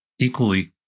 equally